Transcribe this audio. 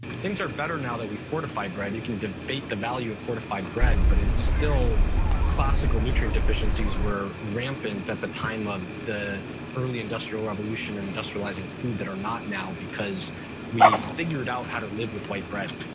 things are better now that we fortify bread. you can debate the value of fortified bread, but it's still classical nutrient deficiencies were rampant at the time of the early industrial revolution and industrializing food that are not now because we figured out how to live with white bread.